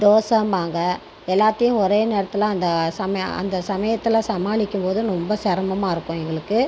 தோசைம்பாங்க எல்லாத்தயும் ஒரே நேரத்தில் அந்த சமய அந்த சமயத்தில் சமாளிக்கும்போது ரொம்ப சிரமமாக இருக்கும் எங்களுக்கு